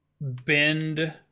bend